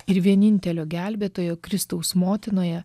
ir vienintelio gelbėtojo kristaus motinoje